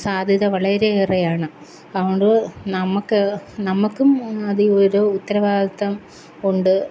സാധ്യത വളരെയേറെയാണ് അതുകൊണ്ട് നമുക്ക് നമുക്കും അതിൽ ഒരു ഉത്തരവാദിത്തം ഉണ്ട്